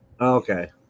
Okay